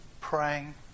praying